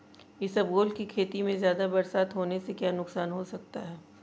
इसबगोल की खेती में ज़्यादा बरसात होने से क्या नुकसान हो सकता है?